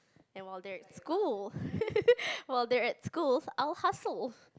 and while they're at school while they're at school I'll hustle